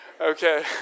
Okay